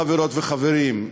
חברות וחברים,